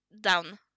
down